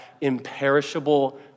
imperishable